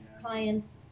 clients